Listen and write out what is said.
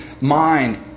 mind